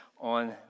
on